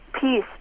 peace